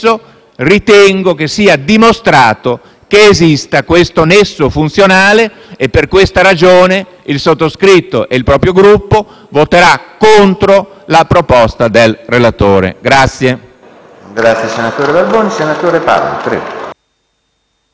ritengo che sia dimostrato che esista questo nesso funzionale e per questa ragione il sottoscritto e il proprio Gruppo voteranno contro la proposta del relatore.